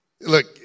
Look